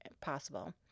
possible